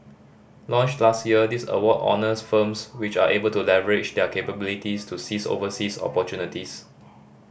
launched last year this award honours firms which are able to leverage their capabilities to seize overseas opportunities